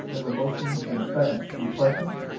um have a motion and a second. any questions?